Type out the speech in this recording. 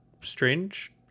Strange-